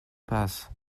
passe